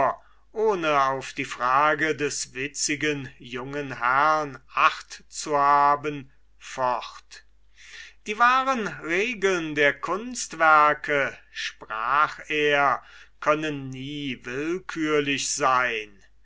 ohne auf die frage des witzigen jungen herrn acht zu haben fort die wahren regeln der kunstwerke sprach er können nie willkürlich sein